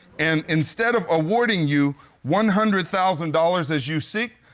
and instead of awarding you one hundred thousand dollars as you seek,